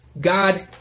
God